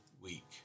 week